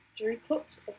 throughput